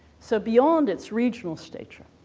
so beyond its regional stature,